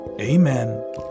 Amen